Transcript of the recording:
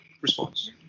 response